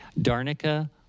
Darnica